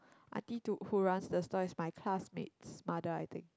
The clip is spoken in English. auntie who runs the stall is my classmate's mother I think